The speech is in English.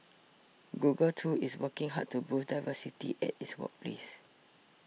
Google too is working hard to boost diversity at its workplace